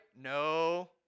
No